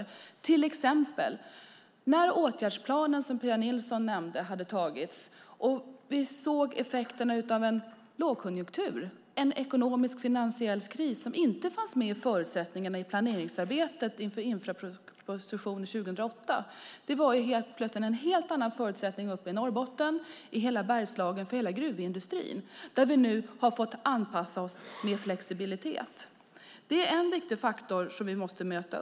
Så var det till exempel när åtgärdsplanen, som Pia Nilsson nämnde, hade tagits och vi såg effekterna av en lågkonjunktur, en ekonomisk finansiell kris, som inte fanns med i förutsättningarna i planeringsarbetet inför infrastrukturpropositionen 2008. Det var plötsligt en helt annan förutsättning uppe i Norrbotten och i Bergslagen för hela gruvindustrin, där vi nu har fått anpassa oss med flexibilitet. Det är en viktig faktor som vi måste möta.